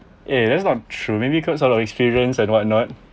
eh that's not true maybe cause of experience and whatnot